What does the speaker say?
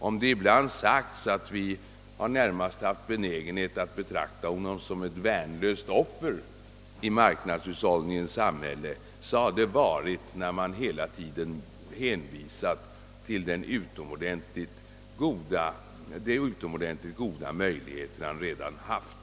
Om vi från vår sida haft en viss benägenhet att betona att konsumenten är rätt utlämnad i marknadshushållningens samhälle, så har anledningen varit, att andra hänvisat till de utomordentligt goda möjligheter de redan haft.